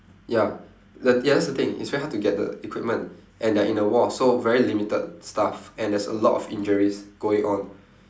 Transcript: ya th~ ya that's the thing it's very hard to get the equipment and they're in a war so very limited stuff and there's a lot of injuries going on